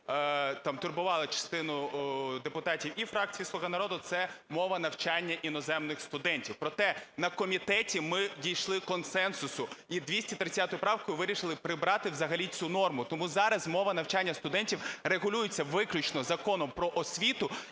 турбувало частину депутатів і фракції "Слуга народу", це мова навчання іноземних студентів. Проте на комітеті ми дійшли консенсусу і 230 правкою вирішили прибрати взагалі цю норму. Тому зараз мова навчання студентів регулюється виключно Законом "Про освіту"